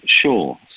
sure